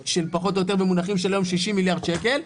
פחות או יותר במונחים של היום של 60 מיליארד שקל,